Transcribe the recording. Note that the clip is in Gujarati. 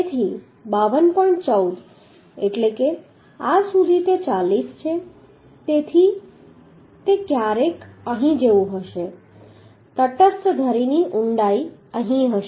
14 એટલે કે આ સુધી તે 40 છે તેથી તે ક્યારેક અહીં જેવું હશે તટસ્થ ધરીની ઊંડાઈ અહીં હશે